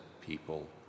people